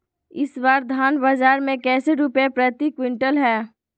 इस बार धान बाजार मे कैसे रुपए प्रति क्विंटल है?